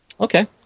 Okay